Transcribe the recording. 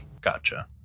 Gotcha